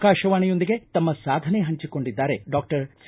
ಆಕಾಶವಾಣಿಯೊಂದಿಗೆ ತಮ್ಮ ಸಾಧನೆ ಹಂಚಿಕೊಂಡಿದ್ದಾರೆ ಡಾಕ್ಟರ್ ಸಿ